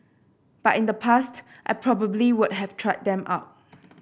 but in the past I probably would have tried them out